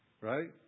right